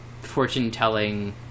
fortune-telling